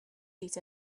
beat